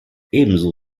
ebenso